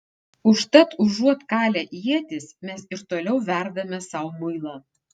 užtat užuot kalę ietis mes ir toliau verdame sau muilą